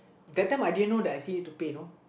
that time I didn't know that I still need to pay you know